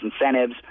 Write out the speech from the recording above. incentives